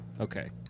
Okay